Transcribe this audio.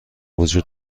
وجود